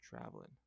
traveling